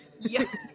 Yes